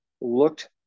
looked